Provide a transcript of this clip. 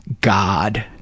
God